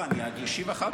אני אשיב אחר כך.